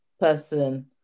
person